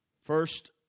First